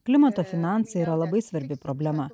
klimato finansai yra labai svarbi problema